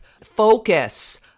focus